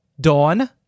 Dawn